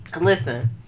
Listen